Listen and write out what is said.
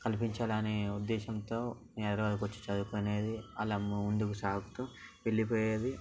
కలిపించాలని ఉద్దేశంతో నేను హైదరాబాదుకి వచ్చి చదువుకునేది అలా ముందుకు సాగుతూ వెళ్ళిపొయ్యేది